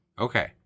Okay